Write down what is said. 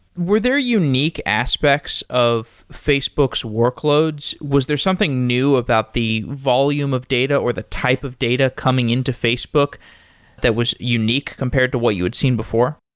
were there unique aspects of facebook's workloads, was there something new about the volume of data or the type of data coming in to facebook that was unique compared to what you had seen before?